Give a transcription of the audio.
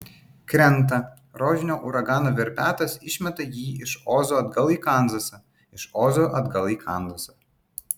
krenta rožinio uragano verpetas išmeta jį iš ozo atgal į kanzasą iš ozo atgal į kanzasą